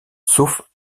sauf